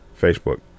Facebook